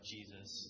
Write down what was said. Jesus